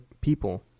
people